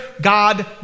God